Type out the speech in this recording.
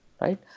right